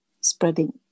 spreading